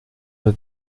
mehr